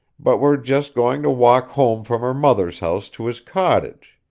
but were just going to walk home from her mother's house to his cottage.